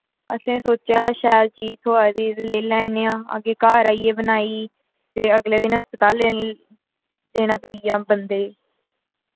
असैं सोचेया हा शैल चीज थ्होआ दी ते ले लैन्ने आं अग्गै घर आइयै बनाई ते अगले दिन हस्पताल लेने लेना पेइया बंदे